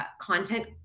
content